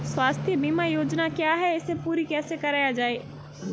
स्वास्थ्य बीमा योजना क्या है इसे पूरी कैसे कराया जाए?